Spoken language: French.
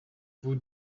vous